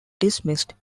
dismissed